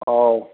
औ